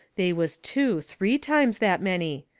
they was two, three times that many.